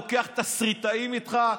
לוקח תסריטאים איתך,